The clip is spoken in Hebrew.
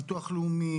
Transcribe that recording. ביטוח הלאומי,